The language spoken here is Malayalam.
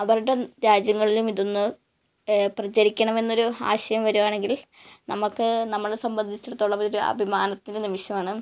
അവരുടെ രാജ്യങ്ങളിലുമിതൊന്ന് പ്രചരിക്കണമെന്നൊരു ആശയം വരുവാണെങ്കിൽ നമുക്ക് നമ്മളെ സംബദ്ധിച്ചിടത്തോളം ഒരു അഭിമാനത്തിന്റെ നിമിഷമാണ്